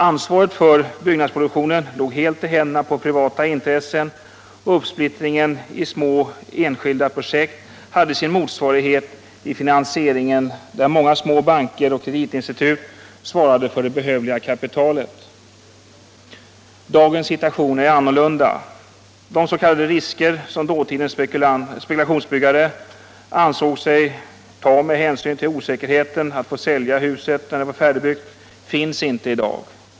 Ansvaret för bostadsproduktionen låg helt i händerna på privata intressen, och uppsplittringen i små enskilda projekt hade sin motsvarighet i finansieringen, där många små banker och kreditinstitut svarade för det behövliga kapitalet. Dagens situation är annorlunda. De s.k. risker som dåtidens spekulationsbyggare ansåg sig ta med hänsyn till osäkerheten att få sälja huset när det var färdigbyggt finns icke i dag.